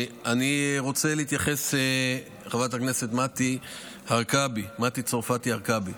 אני רוצה להתייחס לחברת הכנסת מטי צרפתי הרכבי.